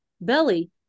belly